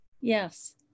yes